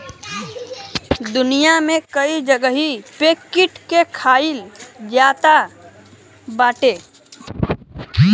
दुनिया में कई जगही पे कीट के खाईल जात बाटे